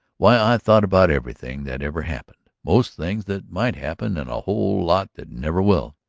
why, i thought about everything that ever happened, most things that might happen, and a whole lot that never will.